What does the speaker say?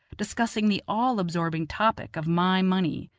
discussing the all-absorbing topic of my money.